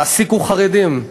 תעסיקו חרדים.